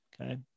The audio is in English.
Okay